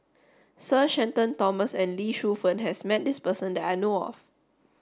Sir Shenton Thomas and Lee Shu Fen has met this person that I know of